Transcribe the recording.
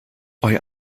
bei